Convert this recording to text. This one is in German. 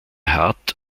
hart